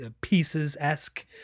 pieces-esque